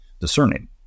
discerning